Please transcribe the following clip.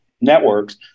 networks